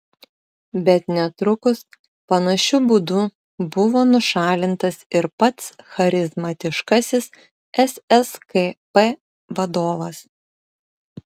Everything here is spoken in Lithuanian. bet netrukus panašiu būdu buvo nušalintas ir pats charizmatiškasis sskp vadovas